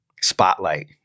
spotlight